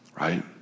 right